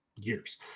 years